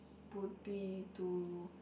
would be to